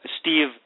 Steve